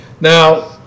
Now